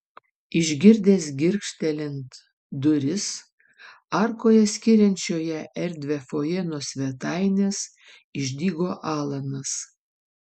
išgirdęs girgžtelint duris arkoje skiriančioje erdvią fojė nuo svetainės išdygo alanas